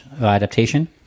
adaptation